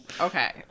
okay